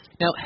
Now